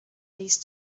these